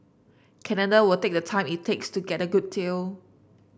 Canada will take the time it takes to get a good deal